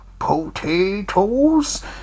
potatoes